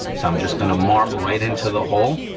so i'm just gonna mark right into the hole,